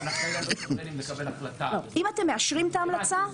אבל אם --- אם אתם מאשרים את ההמלצה,